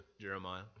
Jeremiah